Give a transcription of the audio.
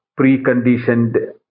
preconditioned